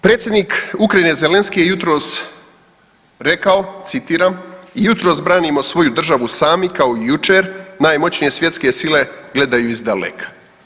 Predsjednik Ukrajine Zelenskij je jutros rekao citiram, jutros branimo svoju državu sami kao i jučer najmoćnije svjetske sile gledaju iz daleka.